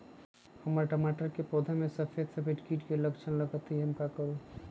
हमर टमाटर के पौधा में सफेद सफेद कीट के लक्षण लगई थई हम का करू?